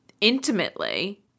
intimately